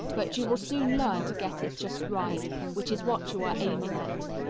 but you will soon learn to get it just right, which is what you are aiming at.